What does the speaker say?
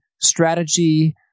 strategy